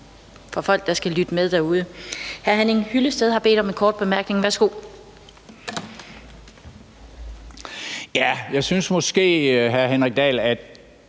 for folk, der skal lytte med derude. Hr. Henning Hyllested har bedt om en kort bemærkning. Værsgo. Kl. 17:10 Henning